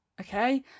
okay